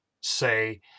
say